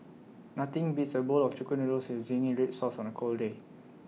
nothing beats A bowl of Chicken Noodles with Zingy Red Sauce on A cold day